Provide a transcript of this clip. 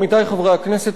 עמיתי חברי הכנסת,